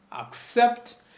accept